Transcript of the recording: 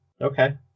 Okay